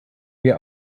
wir